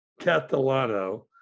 Catalano